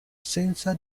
senza